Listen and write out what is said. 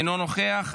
אינו נוכח,